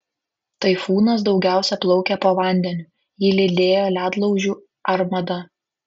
taifūnas daugiausia plaukė po vandeniu jį lydėjo ledlaužių armada